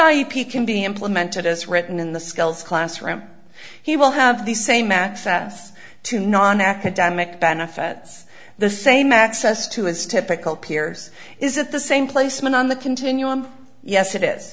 ip can be implemented as written in the skills classroom he will have the same access to non academic benefits the same access to his typical peers is it the same placement on the continuum yes it is